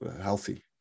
healthy